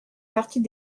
partie